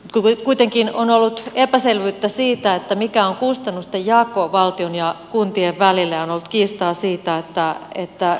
kuvio kuitenkin on ollut epäselvyyttä siitä että mikä on kustannustenjako valtion ja kuntien välillä on kiistaa siitä että että